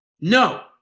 no